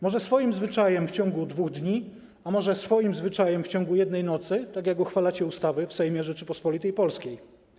Może swoim zwyczajem w ciągu 2 dni, a może swoim zwyczajem w ciągu jednej nocy, tak jak uchwalacie ustawy w Sejmie Rzeczypospolitej Polskiej?